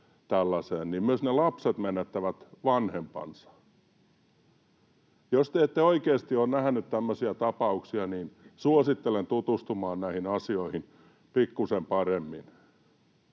niin myös ne lapset menettävät vanhempansa. Jos te ette oikeasti on nähnyt tämmöisiä tapauksia, niin suosittelen tutustumaan näihin asioihin pikkuisen paremmin.